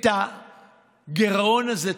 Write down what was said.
את הגירעון הזה,